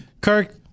Kirk